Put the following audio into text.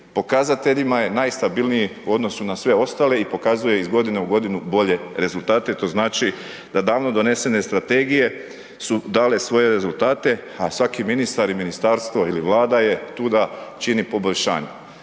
pokazateljima je najstabilniji u odnosu na sve ostale i pokazuje iz godine u godinu bolje rezultate, to znači, da davno donesene strategije su dale svoje rezultate, a svaki ministar ili ministarstvo ili vlada je tu da čini poboljšanje.